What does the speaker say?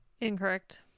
Incorrect